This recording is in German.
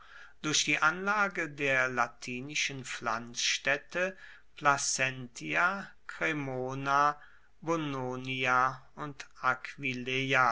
durch die anlage der latinischen pflanzstaedte placentia cremona bononia und